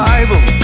Bible